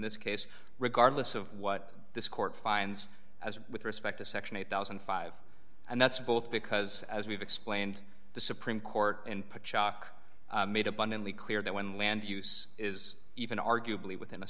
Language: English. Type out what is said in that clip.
this case regardless of what this court finds as with respect to section eight thousand and five and that's both because as we've explained the supreme court input chalk made abundantly clear that when land use is even arguably within a